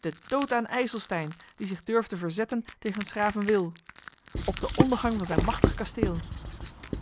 den dood aan ijselstein die zich durfde verzetten tegen's graven wil op den ondergang van zijn machtig kasteel